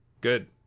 Good